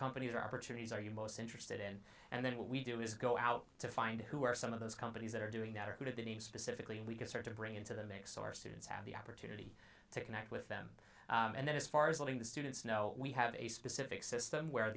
companies are opportunities are you most interested in and then what we do is go out to find out who are some of those companies that are doing that or who did that he specifically and we can start to bring into the mix our students have the opportunity to connect with them and then as far as letting the students know we have a specific system where